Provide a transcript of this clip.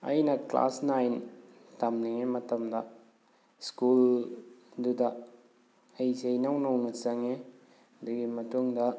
ꯑꯩꯅ class nine ꯇꯝꯂꯤꯉꯩ ꯃꯇꯝꯗ ꯁ꯭ꯀꯨꯜꯗꯨꯗ ꯑꯩꯁꯦ ꯏꯅꯧ ꯅꯧꯅ ꯆꯪꯉꯦ ꯑꯗꯨꯒꯤ ꯃꯇꯨꯡꯗ